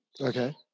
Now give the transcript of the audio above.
Okay